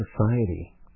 Society